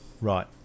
Right